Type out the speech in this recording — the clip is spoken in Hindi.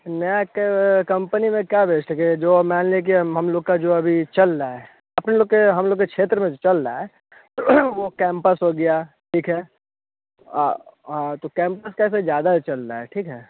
नए क कम्पनी में क्या बेस्ट गए जो मान लें कि हम लोग का जो अभी चल रहा है अपने लोग के हम लोग क्षेत्र में चल रहा है वह कैम्पस हो गया ठीक है हाँ तो कैम्पस का तो ज़्यादा ही चल रहा है ठीक है